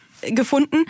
gefunden